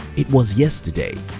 it was yesterday.